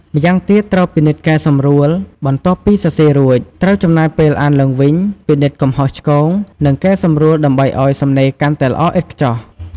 ម្យ៉ាងទៀតត្រូវពិនិត្យកែសម្រួល បន្ទាប់ពីសរសេររួច ត្រូវចំណាយពេលអានឡើងវិញ ពិនិត្យកំហុសឆ្គង និងកែសម្រួលដើម្បីឱ្យសំណេរកាន់តែល្អឥតខ្ចោះ។